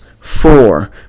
four